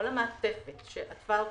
כל המעטפת שעטפה אותנו,